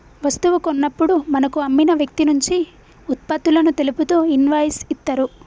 వస్తువు కొన్నప్పుడు మనకు అమ్మిన వ్యక్తినుంచి వుత్పత్తులను తెలుపుతూ ఇన్వాయిస్ ఇత్తరు